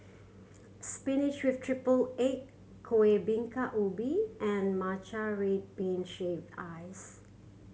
spinach with triple egg Kuih Bingka Ubi and Matcha red bean shaved ice